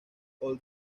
old